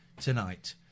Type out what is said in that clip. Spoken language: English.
tonight